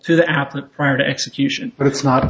to the applet prior to execution but it's not